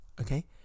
okay